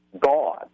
gone